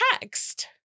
text